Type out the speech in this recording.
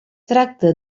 tracta